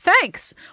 thanks